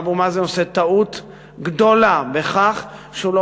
אבו מאזן עושה טעות גדולה בכך שהוא לא